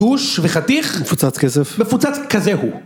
דוש וחתיך ומפוצץ כסף ומפוצץ כזה הוא